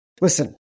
Listen